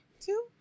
two